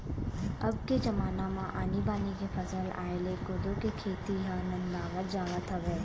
अब के जमाना म आनी बानी के फसल आय ले कोदो के खेती ह नंदावत जावत हवय